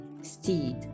steed